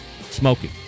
smoking